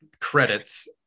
Credits